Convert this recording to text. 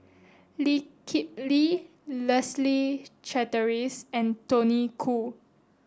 Lee Kip Lee Leslie Charteris and Tony Khoo